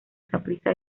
saprissa